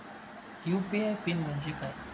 UPI PIN म्हणजे काय?